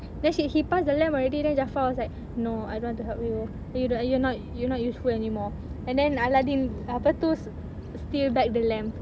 then he he passed the lamp already then jafar was like no I don't want to help you you do you're not you're not useful anymore and then aladdin apa tu st~ steal back the lamp